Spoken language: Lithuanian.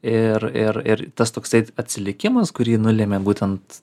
ir ir ir tas toksai atsilikimas kurį nulemia būtent